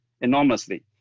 enormously